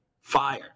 Fire